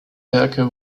werke